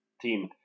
team